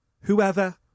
whoever